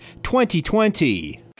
2020